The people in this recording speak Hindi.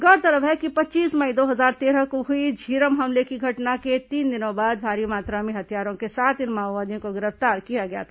गौरतलब है कि पच्चीस मई दो हजार तेरह को हुई झीरम हमले की घटना के तीन दिनों बाद भारी मात्रा में हथियारों के साथ इन माओवादियों को गिरफ्तार किया गया था